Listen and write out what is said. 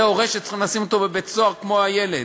זה הורה שצריכים לשים אותו בבית-סוהר כמו את הילד.